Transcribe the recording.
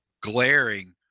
glaring